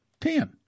Ten